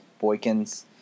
Boykins